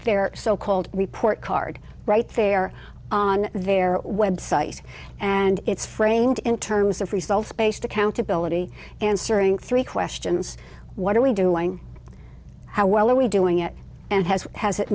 their so called report card right there on their website and it's framed in terms of results based accountability answering three questions what are we doing how well are we doing it and has has it